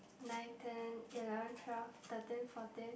nine ten eleven twelve thirteen fourteen